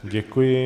Děkuji.